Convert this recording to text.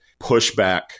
pushback